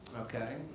okay